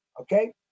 Okay